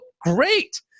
great